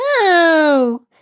no